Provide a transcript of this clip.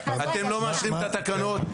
אתם לא מאשרים את התקנות,